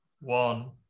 one